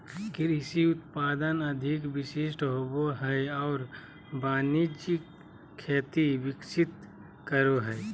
कृषि उत्पादन अधिक विशिष्ट होबो हइ और वाणिज्यिक खेती विकसित करो हइ